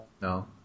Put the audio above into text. No